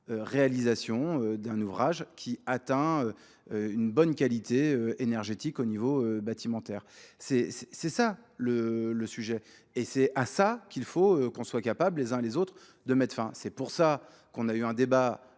réalisation d'un ouvrage qui atteint une bonne qualité énergétique au niveau bâtimentaire. C'est ça le sujet et c'est à ça qu'il faut qu'on soit capable les uns les autres de mettre fin. C'est pour ça qu'on a eu un débat